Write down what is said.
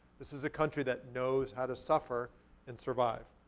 this is a country that knows how to suffer and survive.